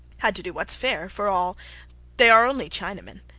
had to do whats fair, for all they are only chinamen.